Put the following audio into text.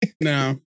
No